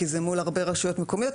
כי זה מול הרבה רשויות מקומיות,